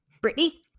Brittany